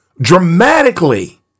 dramatically